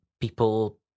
People